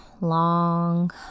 long